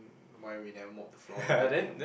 why we never mop floor lately